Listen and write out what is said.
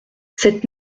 cette